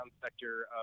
sector